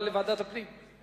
(פיקוח אלקטרוני על משוחררים בערובה ומשוחררים על-תנאי ממאסר),